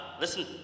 Listen